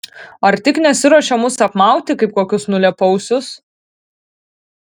ar tik nesiruošia mus apmauti kaip kokius nulėpausius